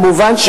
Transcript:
כמובן,